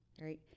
right